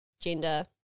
gender